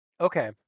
Okay